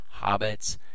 Hobbits